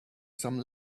some